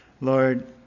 Lord